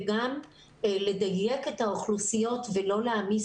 וגם לדייק את האוכלוסיות ולא להעמיס